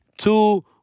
Two